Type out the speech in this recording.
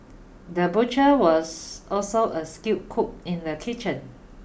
the butcher was also a skilled cook in the kitchen